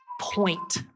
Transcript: point